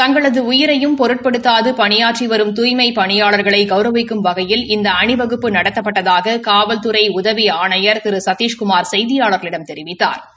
தங்களது உயிரையும் பொருட்படுத்தாது பணியாற்றி வரும் தூய்மைப் பணியாளா்களை கௌரவிக்கும் வகையில் இந்த அணிவகுப்பு நடத்தப்பட்டதாக காவல்துறை உதவி சத்திஷ்குமார் செய்தியாளா்களிடம் தெரிவித்தாா்